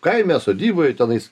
kaime sodyboj tenais